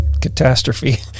catastrophe